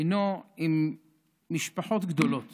הינו עם משפחות גדולות